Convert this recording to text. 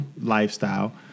lifestyle